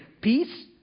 peace